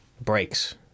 breaks